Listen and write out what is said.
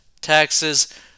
taxes